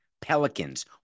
Pelicans